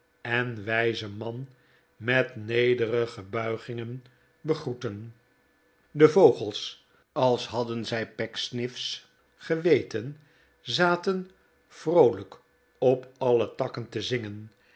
en wijzen man met nederige buigingen begroetten de vogels als hadden zij pecksniff's geweten zaten vroolijk op alle takken te zingen